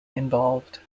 involved